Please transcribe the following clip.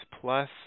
plus